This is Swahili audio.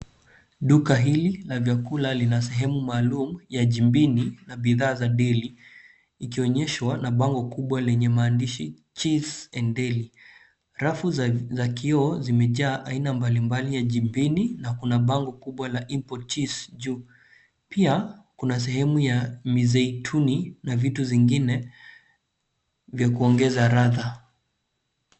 Duka hili la vyakula lina sehemu maalum ya jibini na bidhaa za deli ikionyeshwa na bango kubwa lenye maandishi cheese & deli . Rafu za kioo zimejaa aina mbalimbali ya jibini na kuna bango kubwa la import cheese juu. Pia kuna sehemu ya mizaituni na vitu zingine vya kuongeza ladha.